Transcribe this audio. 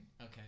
Okay